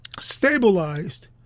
stabilized